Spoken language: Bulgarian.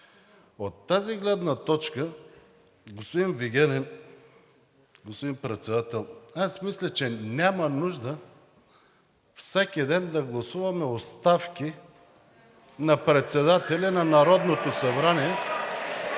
От тази гледна точка, господин Председател, аз мисля че няма нужда всеки ден да гласуваме оставки на председатели на Народното събрание,